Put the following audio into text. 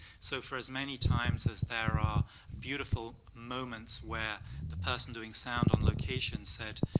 so far as many times as there are beautiful moments where the person doing sound on location said,